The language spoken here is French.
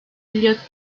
elliott